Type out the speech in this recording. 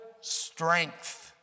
strength